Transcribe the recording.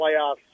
playoffs